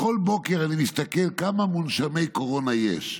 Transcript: בכל בוקר אני מסתכל כמה מונשמי קורונה יש.